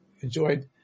enjoyed